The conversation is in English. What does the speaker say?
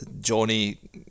Johnny